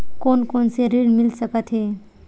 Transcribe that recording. कोन कोन से ऋण मिल सकत हे?